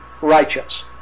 righteous